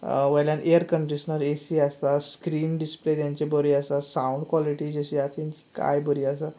वयल्यान air conditioner A C screen display जें आसा बरी आसा सावंड क्वॉलिटी जी आसा काय बरी आसा